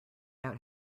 out